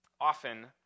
Often